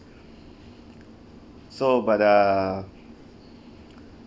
so but err